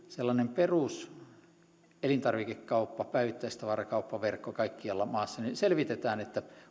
sellainen peruselintarvikekauppa päivittäistavarakauppaverkko kaikkialla maassa niin selvitetään